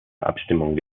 abstimmung